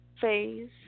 phase